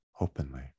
openly